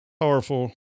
Powerful